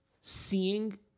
seeing